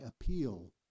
appeal